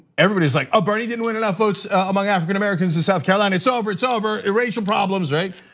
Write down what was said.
everybody's like, ah bernie didn't win enough votes among african-americans in south carolina. it's over, it's over, ah racial problems, right?